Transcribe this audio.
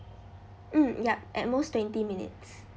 mm yup at most twenty minutes